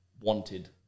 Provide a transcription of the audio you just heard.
wanted